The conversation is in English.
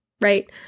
right